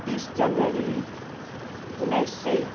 तिस जनवरी उनाइस सय